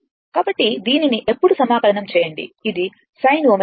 కాబట్టి దీనిని ఎప్పుడు సమాకలనం చేయండి ఇది sin ω t